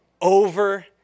over